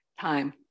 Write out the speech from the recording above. time